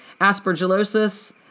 aspergillosis